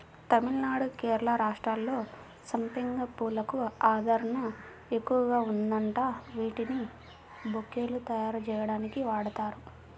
తమిళనాడు, కేరళ రాష్ట్రాల్లో సంపెంగ పూలకు ఆదరణ ఎక్కువగా ఉందంట, వీటిని బొకేలు తయ్యారుజెయ్యడానికి వాడతారు